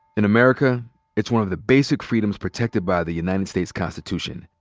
in america it's one of the basic freedoms protected by the united states constitution.